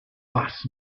bass